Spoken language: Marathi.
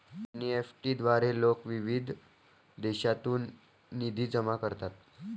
एन.ई.एफ.टी द्वारे लोक विविध देशांतून निधी जमा करतात